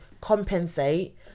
compensate